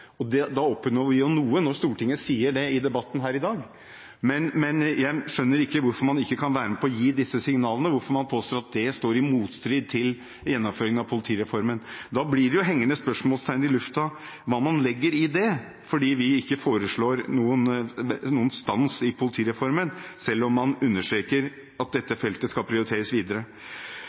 seg om. Vi oppnår jo noe når Stortinget sier det i debatten her i dag. Men jeg skjønner ikke hvorfor man ikke kan være med på å gi disse signalene, og hvorfor man påstår at det står i motstrid til gjennomføringen av politireformen. Da blir det hengende i lufta et spørsmål om hva man legger i det, for vi foreslår jo ikke en stans i politireformen, selv om man understreker at dette feltet skal